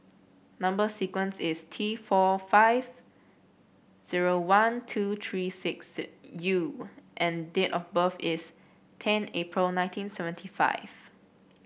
number sequence is T four five zero one two three six U and date of birth is ten April nineteen seventy five